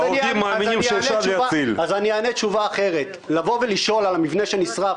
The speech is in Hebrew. אז אענה תשובה אחרת: לשאול על המבנה שנשרף,